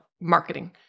marketing